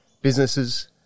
businesses